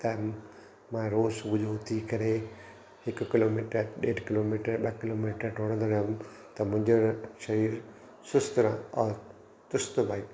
त मां रोज़ु सुबुह जो उथी करे हिकु किलोमीटर ॾेढि किलोमीटर ॿ किलोमीटर डोड़ंदो रहियमि त मुंहिंजो शरीरु सुस्त र चुस्त बाइ क